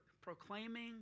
proclaiming